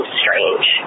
strange